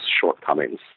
shortcomings